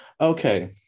Okay